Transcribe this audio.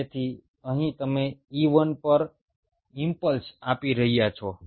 તેથી અહીં તમે E1 પર ઈમ્પલ્સ આપી રહ્યા છો